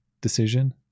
decision